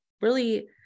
really-